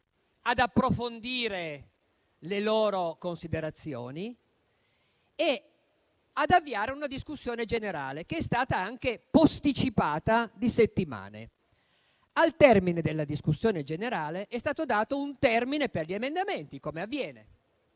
ad approfondire le loro considerazioni e ad avviare una discussione generale, che è stata anche posticipata di settimane. Al termine della discussione generale, è stato fissato un termine per la presentazione